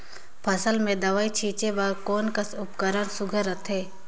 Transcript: फसल म दव ई छीचे बर कोन कस उपकरण सुघ्घर रथे?